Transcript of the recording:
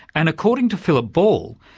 and according to philip ball,